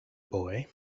boy